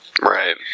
Right